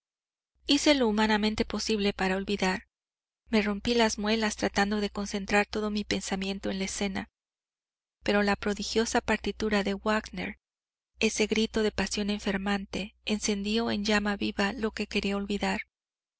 hice lo humanamente posible para olvidar me rompí las muelas tratando de concentrar todo mi pensamiento en la escena pero la prodigiosa partitura de wagner ese grito de pasión enfermante encendió en llama viva lo que quería olvidar